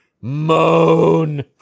moan